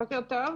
בוקר טוב.